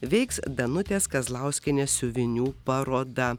veiks danutės kazlauskienės siuvinių paroda